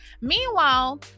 Meanwhile